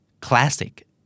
Classic